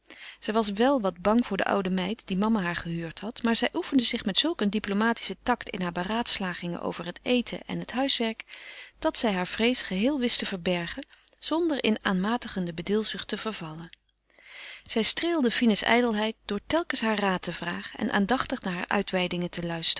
wel wat bang voor de oude meid die mama haar gehuurd had maar zij oefende zich met zulk een diplomatischen tact